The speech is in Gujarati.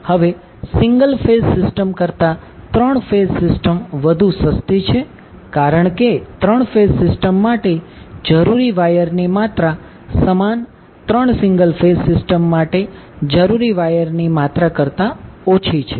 હવે સિંગલ ફેઝ સિસ્ટમ કરતા 3 ફેઝ સિસ્ટમ વધુ સસ્તી છે કારણ કે 3 ફેઝ સિસ્ટમ માટે જરૂરી વાયરની માત્રા સમાન 3 સિંગલ ફેઝ સિસ્ટમ માટે જરૂરી વાયરની માત્રા કરતાં ઓછી છે